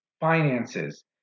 finances